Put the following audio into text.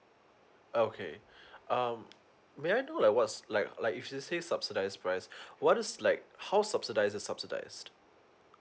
okay um may I know like what's like like if you say subsidize price what is like how subsidize a subsidised